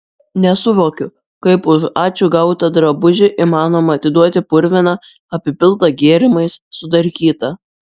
nesuvokiu kaip už ačiū gautą drabužį įmanoma atiduoti purviną apipiltą gėrimais sudarkytą